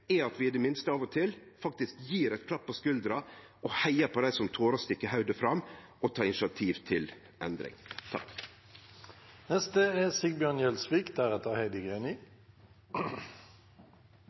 er at vi i det minste av og til gjev ein klapp på skuldra og heiar på dei som torer å stikke hovudet fram, og tek initiativ til endring.